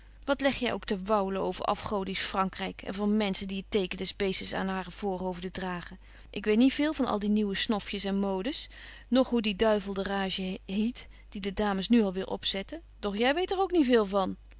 wat leg jy ook te wauwelen over afgodisch vrankryk en van menschen die het teken des beestes aan hare voorhoofden dragen ik weet niet veel van al die nieuwe snofjes en modes noch hoe die duivelderage hiet die de dames nu alweer opzetten doch jy weet er ook niet veel van